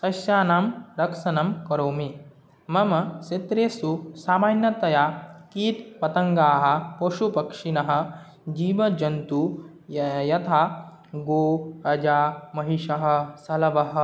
सस्यानां रक्षणं करोमि मम क्षेत्रेषु सामान्यतया कीटपतङ्गाः पशुपक्षिणः जीवजन्तुः य यथा गौः अजः महिषः सलवः